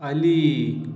Ali